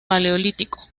paleolítico